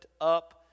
up